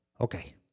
Okay